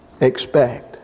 expect